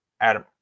Adam